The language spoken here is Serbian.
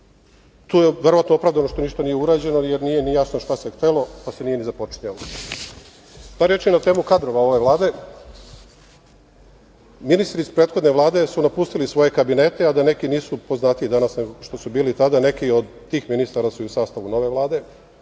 Tu je verovatno opravdano što ništa nije urađeno, jer nije mi jasno šta se htelo, pa se nije ni započinjalo. Par reči na temu kadrova ove Vlade. Ministri iz prethodne Vlade su napustili svoje kabinete, a da neki nisu poznatiji danas nego što su bili tada, a neki od tih ministara su i u sastavu nove Vlade.